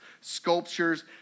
sculptures